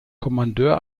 kommandeur